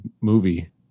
movie